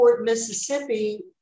Mississippi